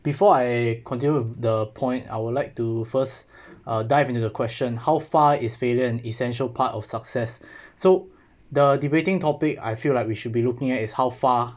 before I continue with the point I would like to first uh dive into the question how far is failure an essential part of success so the debating topic I feel like we should be looking at is how far